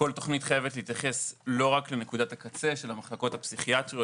כל תוכנית חייבת להתייחס לא רק לנקודות הקצה של המחלקות הפסיכיאטריות,